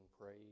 praise